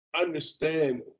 understand